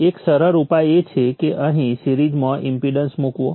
એક સરળ ઉપાય એ છે કે અહીં સીરીજમાં ઇમ્પેડન્સ મૂકવો